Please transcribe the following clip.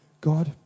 God